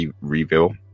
reveal